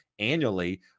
annually